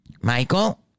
Michael